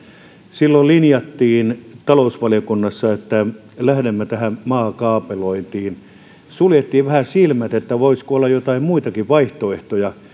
silloin linjattiin talousvaliokunnassa että lähdemme maakaapelointiin suljettiin vähän silmät siltä voisiko olla joitain muitakin vaihtoehtoja